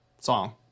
song